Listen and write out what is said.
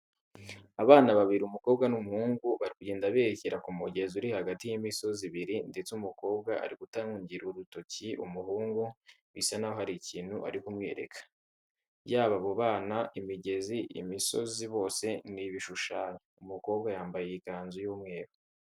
Abana babiri: umukobwa n'umuhungu bari kugenda berekera ku mugezi uri hagati y'imisozi ibiri ndetse umukobwa ari gutungira urutoki umuhungu bisa naho hari ikintu ari kumwereka. Yaba abo bana, imigezi, imisozi bose ni ibishushanyo. Umukobwa yambaye ikanzu y'umweru.